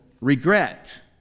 regret